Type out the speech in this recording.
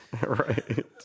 Right